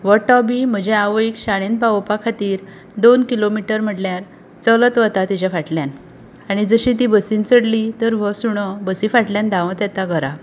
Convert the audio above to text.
हो टाॅबी म्हजे आवयक शाळेंत पवोवपा खातीर दोन किलोमीटर म्हळ्यार चलच वता तिच्या फाटल्यान आनी जशी ती बसीन चडली तर हो सुणो बसी फाटल्यान धांवत येता घरा